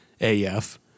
AF